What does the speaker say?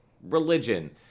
religion